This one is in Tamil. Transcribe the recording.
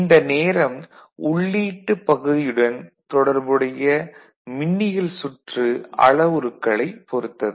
இந்த நேரம் உள்ளீட்டுப் பகுதியுடன் தொடர்புடைய மின்னியல் சுற்று அளவுருக்களைப் பொறுத்தது